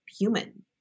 human